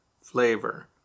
flavor